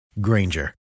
Granger